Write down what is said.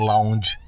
Lounge